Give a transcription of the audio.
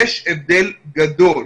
יש הבדל גדול,